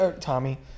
Tommy